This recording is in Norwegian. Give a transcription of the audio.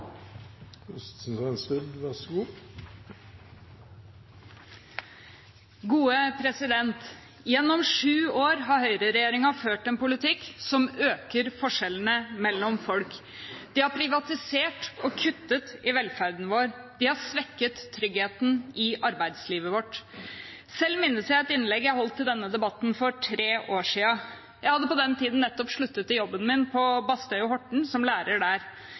Gjennom sju år har høyreregjeringen ført en politikk som øker forskjellene mellom folk. De har privatisert og kuttet i velferden vår. De har svekket tryggheten i arbeidslivet vårt. Selv minnes jeg et innlegg jeg holdt i denne debatten for tre år siden. Jeg hadde på den tiden nettopp sluttet i jobben min som lærer på Bastøy og Horten. Jeg snakket om innsatte som